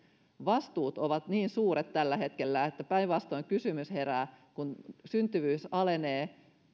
vastuut ovat niin suuret tällä hetkellä että päinvastoin herää kysymys kun syntyvyys alenee